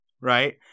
Right